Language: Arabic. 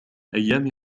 أيام